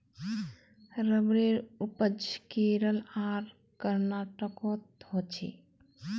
रबरेर उपज केरल आर कर्नाटकोत होछे